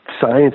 science